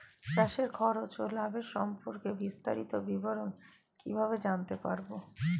চাষে খরচ ও লাভের সম্পর্কে বিস্তারিত বিবরণ কিভাবে জানতে পারব?